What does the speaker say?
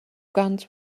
guns